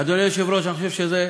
אדוני היושב-ראש, אני חושב שזה,